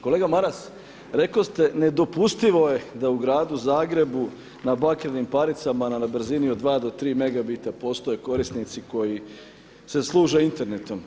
Kolega Maras rekli ste nedopustivo je da u Gradu Zagrebu na bakrenim paricama na brzini od 2 do 3 Mb postoje korisnici koji se služe internetom.